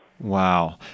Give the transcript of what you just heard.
Wow